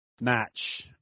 match